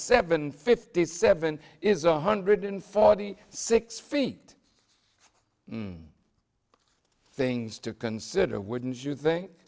seven fifty seven is one hundred forty six feet things to consider wouldn't you think